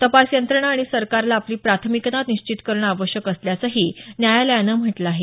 तपास यंत्रणा आणि सरकारला आपली प्राथमिकता निश्चित करणं आवश्यक असल्याचंही न्यायालयानं म्हटलं आहे